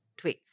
tweets